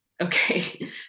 okay